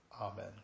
Amen